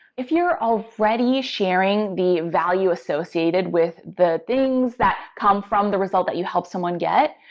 if you are already sharing the value associated with the things that come from the result that you helped someone get,